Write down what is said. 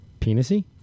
penisy